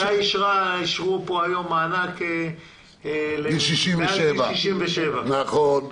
אישרו כאן היום מענק לאנשים מעל גיל 67. נכון,